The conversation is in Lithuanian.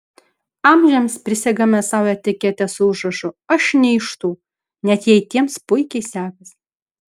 amžiams prisegame sau etiketę su užrašu aš ne iš tų net jei tiems puikiai sekasi